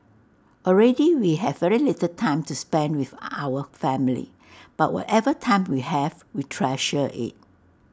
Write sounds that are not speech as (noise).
already we have very little time to spend with (noise) our family but whatever time we have we treasure IT